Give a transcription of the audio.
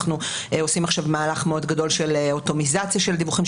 אנחנו עושים עכשיו מהלך מאוד גדול של אוטומיזציה של דיווחים,